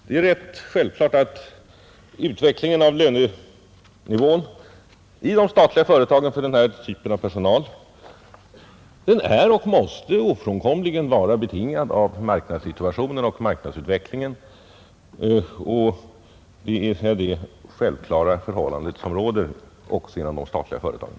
Det är vidare rätt ofrånkomligt att utvecklingen av lönenivån i de statliga företagen för den här typen av personal är och måste vara betingad av marknadssituationen och marknadsutvecklingen.